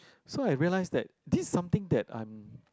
so I realize that this something that I'm